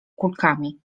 kulkami